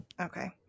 Okay